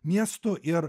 miestu ir